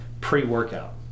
pre-workout